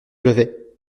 levait